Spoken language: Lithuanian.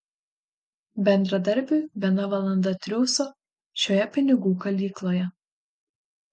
bendradarbiui viena valanda triūso šioje pinigų kalykloje